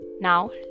now